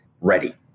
ready